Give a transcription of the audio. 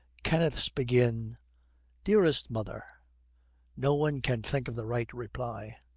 kenneth's begin dearest mother no one can think of the right reply.